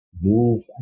move